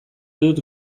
dut